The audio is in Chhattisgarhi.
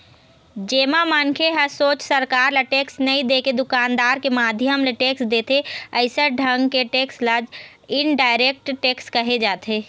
जेमा मनखे ह सोझ सरकार ल टेक्स नई देके दुकानदार के माध्यम ले टेक्स देथे अइसन ढंग के टेक्स ल इनडायरेक्ट टेक्स केहे जाथे